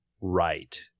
right